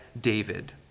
David